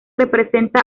representa